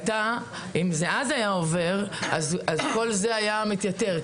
אם אז זה היה עובר כל זה היה מתייתר,